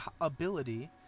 ability